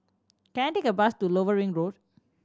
can I take a bus to Lower Ring Road